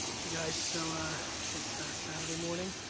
hey guys, so it's a saturday morning.